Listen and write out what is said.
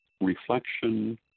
reflection